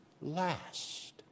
last